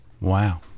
Wow